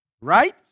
Right